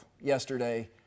yesterday